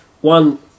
one